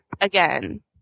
again